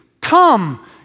Come